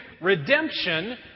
redemption